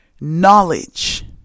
knowledge